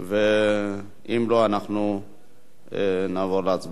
ואם לא, אנחנו נעבור להצבעה.